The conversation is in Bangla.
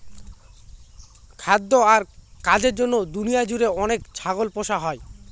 খাদ্য আর কাজের জন্য দুনিয়া জুড়ে অনেক ছাগল পোষা হয়